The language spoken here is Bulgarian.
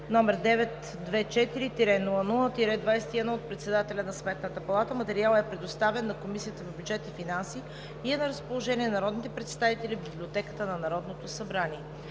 № 924-00-21 от председателя на Сметната палата. Материалът е предоставен на Комисията по бюджет и финанси и е на разположение на народните представители в Библиотеката на Народното събрание.